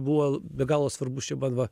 buvo be galo svarbus čia man va